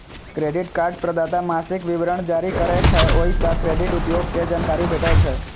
credit card प्रदाता मासिक विवरण जारी करै छै, ओइ सं क्रेडिट उपयोग के जानकारी भेटै छै